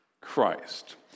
Christ